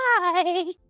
bye